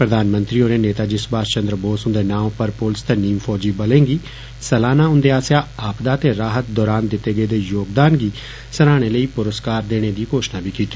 प्रधानमंत्री होरें नेताजी सुभाष चन्द्र बोस हुन्दे नां उप्पर पुलस ते नीम फौजी बले गी सालाना उन्दे आस्सेआ आपदा ते राहत दौरान दिते गेदे योगदान गी सराहने लेई पुरुस्कार देने दी घोषणा कीती